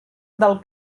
del